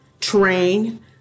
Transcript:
train